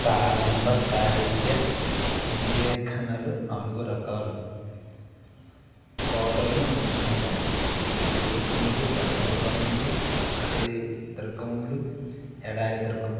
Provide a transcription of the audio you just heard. ప్రారంభ సాహిత్య ఉల్లేఖనలు నాలుగు రకాల కోటలను విభజించాయి గిరిదుర్గములు జలదుర్గములు అటవీ దుర్గమములు ఎడారి దుర్గములు